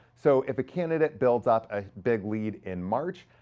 so if a candidate builds up a big lead in march,